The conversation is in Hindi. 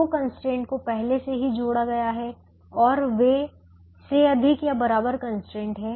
दो कंस्ट्रेंट को पहले से ही जोड़ा गया है और वे से अधिक या बराबर कंस्ट्रेंट हैं